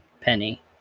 Penny